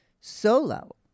solo